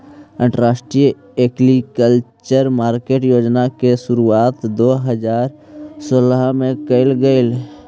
राष्ट्रीय agriculture market योजना के शुरुआत दो हज़ार सोलह में कैल गेलइ